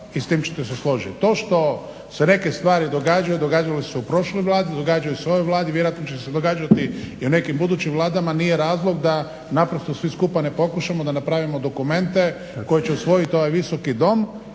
i s tim ćete se složiti. To što se neke stvari događaju, događale su se prošloj Vladi, događaju se ovoj Vladi, vjerojatno će se događati i nekim budućim vladama nije razlog da naprosto svi skupa ne pokušamo da napravimo dokumente koje će usvojiti ovaj Visoki dom